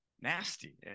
nasty